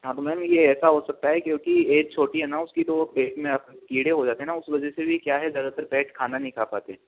हाँ तो मेम ये ऐसा हो सकता है क्योंकि ऐज छोटी है ना उसकी तो वो पेट में आ कीड़े हो जाते हैं ना उस वजह से भी क्या है ज़्यादातर पैट खाना नहीं खा पाते